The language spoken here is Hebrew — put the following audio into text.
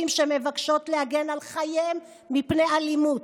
שמבקשות להגן על חייהן מפני אלימות?